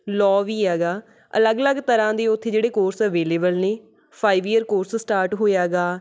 low ਵੀ ਹੈਗਾ ਅਲੱਗ ਅਲੱਗ ਤਰ੍ਹਾਂ ਦੇ ਉੱਥੇ ਜਿਹੜੇ ਕੋਰਸ ਅਵੇਲੇਬਲ ਨੇ ਫਾਈਵ ਈਅਰ ਕੋਰਸ ਸਟਾਰਟ ਹੋਇਆ ਹੈਗਾ